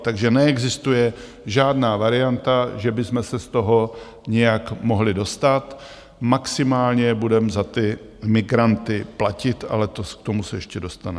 Takže neexistuje žádná varianta, že bychom se z toho nějak mohli dostat, maximálně budeme za ty migranty platit, ale to, k tomu se ještě dostaneme.